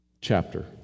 chapter